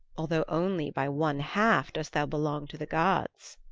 although only by one-half dost thou belong to the gods.